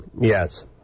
Yes